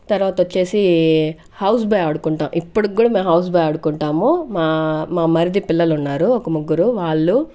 తర్వాత వచ్చేసి హౌస్బై ఆడుకుంటాము ఇప్పుడికి కూడా మేము హౌస్బై ఆడుకుంటాము మా మా మరిది పిల్లలు ఉన్నారు ఒక ముగ్గురు వాళ్ళు